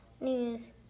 news